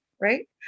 right